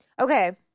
Okay